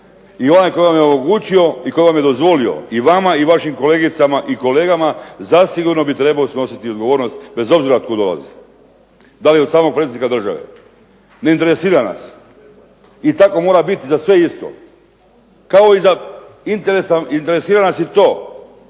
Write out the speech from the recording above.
I onaj koji vam je omogućio i tko vam je dozvolio, i vama i vašim kolegicama i kolegama zasigurno bi trebao snositi odgovornost bez obzira otkud dolazi. Da li od samog predsjednika države. Ne interesira nas. I tako mora biti za sve isto. Kao i za, interesira nas i to